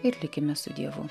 ir likime su dievu